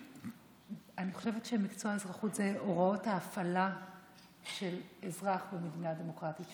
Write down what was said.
אני חושבת שמקצוע האזרחות זה הוראות ההפעלה של אזרח במדינה דמוקרטית,